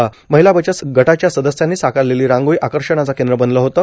र्माहला बचत गटांच्या सदस्यांनी साकारलेलां रांगोळी आकषणाचं कद्र बनलं होतं